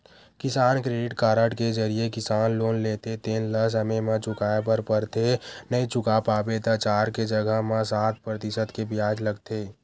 किसान credit card के जरिए किसान लोन लेथे तेन ल समे म चुकाए बर परथे नइ चुका पाबे त चार के जघा म सात परतिसत के बियाज लगथे